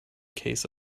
case